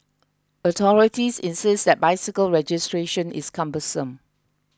authorities insist that bicycle registration is cumbersome